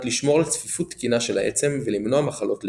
לשמור על צפיפות תקינה של העצם ולמנוע מחלות לב.